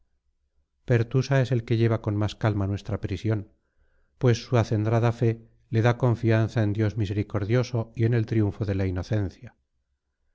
pertusa es el que lleva con más calma nuestra prisión pues su acendrada fe le da confianza en dios misericordioso y en el triunfo de la inocencia